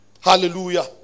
Hallelujah